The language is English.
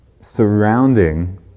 surrounding